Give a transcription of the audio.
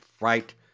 right